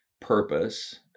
purpose